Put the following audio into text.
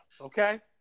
okay